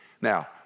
Now